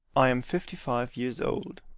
i am fifty-five years old.